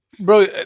Bro